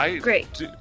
Great